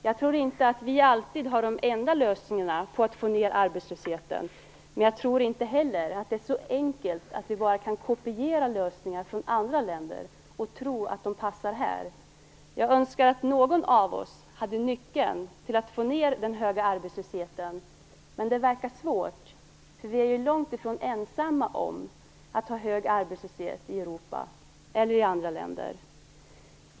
Jag tror inte att vi alltid har de enda lösningarna för att få ned arbetslösheten, men jag tror inte heller att det är så enkelt att vi bara kan kopiera lösningar från andra länder och tro att de passar här. Jag önskar att någon av oss hade nyckeln till att få ned den höga arbetslösheten, men det verkar vara svårt. Vi är långtifrån ensamma i Europa och i andra delar av världen om att ha hög arbetslöshet.